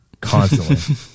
Constantly